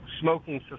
smoking